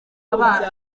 umwana